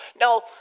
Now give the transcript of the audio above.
Now